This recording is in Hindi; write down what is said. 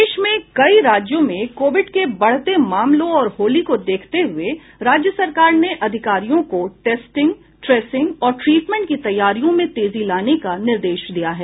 देश के कई राज्यों में कोविड के बढ़ते मामलों और होली को देखते हये राज्य सरकार ने अधिकारियों को टेस्टिंग ट्रेसिंग और ट्रीटमेंट की तैयारियों में तेजी लाने का निर्देश दिया है